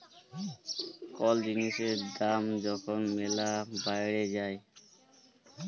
call জিলিসের দাম যখল ম্যালা বাইড়ে যায়